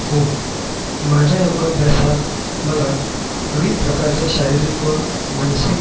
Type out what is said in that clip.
हो माझ्या योगाभ्यासात मला विविध प्रकारच्या शारीरिक व मानसिक